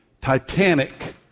titanic